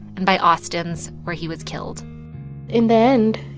and by austin's, where he was killed in the end,